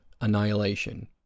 Annihilation